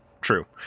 true